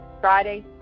Friday